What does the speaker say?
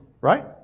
right